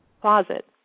closet